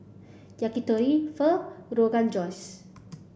Yakitori Pho Rogan Josh